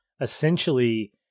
essentially